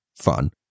fun